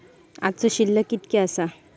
आजचो शिल्लक कीतक्या आसा?